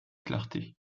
clarté